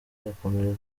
ayakomereza